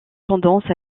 tendance